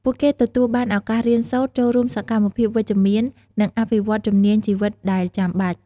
ពួកគេទទួលបានឱកាសរៀនសូត្រ ចូលរួមសកម្មភាពវិជ្ជមាន និងអភិវឌ្ឍជំនាញជីវិតដែលចាំបាច់។